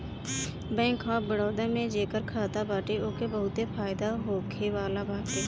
bank of Baroda में जेकर खाता बाटे ओके बहुते फायदा होखेवाला बाटे